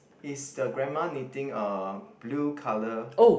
is the grandma knitting uh blue colour